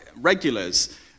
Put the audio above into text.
regulars